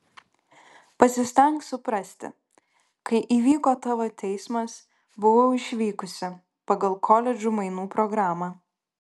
pasistenk suprasti kai įvyko tavo teismas buvau išvykusi pagal koledžų mainų programą